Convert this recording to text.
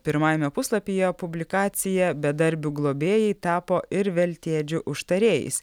pirmajame puslapyje publikacija bedarbių globėjai tapo ir veltėdžių užtarėjais